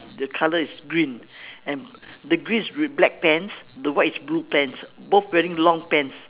the colour is green and the green is with black pants the white is blue pants both wearing long pants